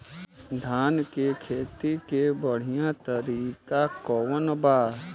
धान के खेती के बढ़ियां तरीका कवन बा?